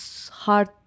hard